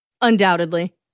undoubtedly